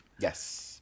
Yes